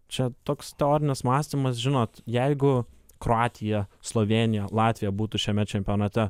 čia toks teorinis mąstymas žinot jeigu kroatija slovėnija latvija būtų šiame čempionate